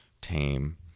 tame